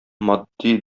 матди